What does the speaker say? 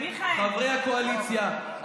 חברי הקואליציה,